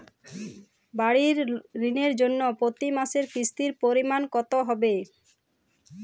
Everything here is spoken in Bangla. বাড়ীর ঋণের জন্য প্রতি মাসের কিস্তির পরিমাণ কত হবে?